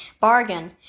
Bargain